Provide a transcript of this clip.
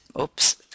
oops